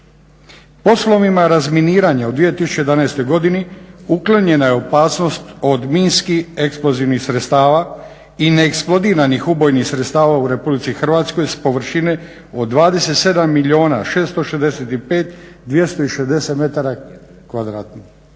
Poslovima razminiranja u 2011. godini uklonjena je opasnost od minskih eksplozivnih sredstava i neeksplodiranih ubojnih sredstava u Republici Hrvatskoj s površine od 27